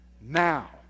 Now